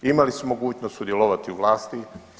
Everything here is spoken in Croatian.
Imali su mogućnost sudjelovati u vlasti.